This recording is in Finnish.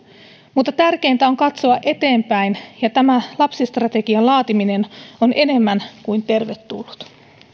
mutta tärkeintä on katsoa eteenpäin ja tämä lapsistrategian laatiminen on enemmän kuin tervetullut